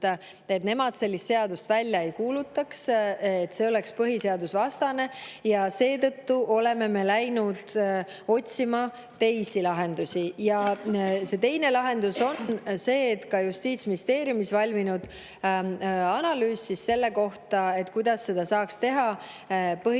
et nemad sellist seadust välja ei kuulutaks, sest see oleks põhiseadusvastane, ja seetõttu oleme me läinud otsima teisi lahendusi. Ja teine lahendus on see, et Justiitsministeeriumis on valminud analüüs selle kohta, kuidas seda saaks teha põhiseadust